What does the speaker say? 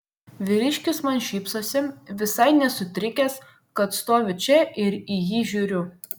vyriškis man šypsosi visai nesutrikęs kad stoviu čia ir į jį žiūriu